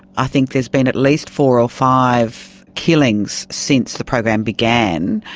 i think there's been at least four or five killings since the program began.